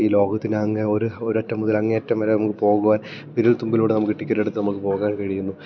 ഈ ലോകത്തിൽ ഒരു ഒരറ്റം മുതൽ അങ്ങേയറ്റം വരെ നമുക്ക് പോകുവാൻ വിരൽത്തുമ്പിലൂടെ നമുക്ക് ടിക്കറ്റ് എടുത്ത് നമുക്ക് പോകാൻ കഴിയുന്നു